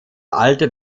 alter